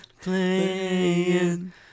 Playing